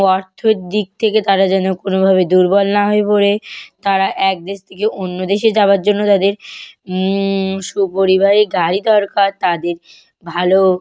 অর্থর দিক থেকে তারা যেন কোনোভাবে দুর্বল না হয়ে পড়ে তারা এক দেশ থেকে অন্য দেশে যাওয়ার জন্য তাদের সুপরিবাহী গাড়ি দরকার তাদের ভালো